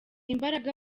imbaraga